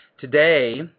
today